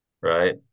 right